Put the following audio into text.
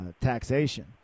taxation